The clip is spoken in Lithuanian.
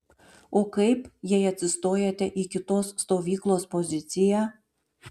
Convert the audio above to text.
o kaip jei atsistojate į kitos stovyklos poziciją